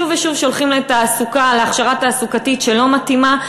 שוב ושוב שולחים אותם להכשרה תעסוקתית שלא מתאימה.